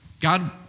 God